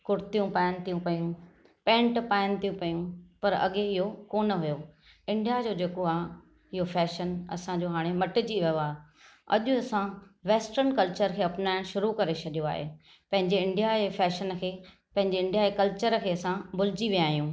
कुर्तियूं पायनि थियूं पयूं पैंट पायनि थियूं पयूं पर अॻिए इहो कोन हुयो इंडिया जो जेको आहे इहो फैशन असांजो हाणे मटिजी वियो आहे अॼु असां वेस्टर्न कल्चर खे अपनायण शुरू करे छॾियो आहे पंहिंजे इंडिया जे फैशन खे पंहिंजे इंडिया जे कल्चर खे असां भुलिजी विया आहियूं